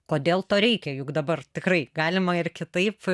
kodėl to reikia juk dabar tikrai galima ir kitaip